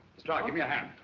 lestrade, give me a hand.